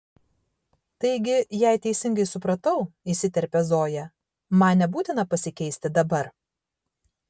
taigi jei teisingai supratau įsiterpia zoja man nebūtina pasikeisti dabar